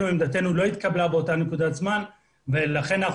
עמדתנו לא התקבלה באותה נקודת זמן ולכן אנחנו